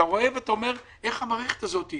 אתה רואה ואומר: איך המערכת הזאת,